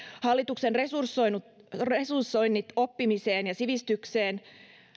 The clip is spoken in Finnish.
hallituksen resursoinnit resursoinnit oppimiseen ja sivistykseen